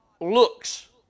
looks